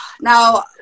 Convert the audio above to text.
Now